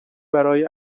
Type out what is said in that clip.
برای